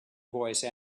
voice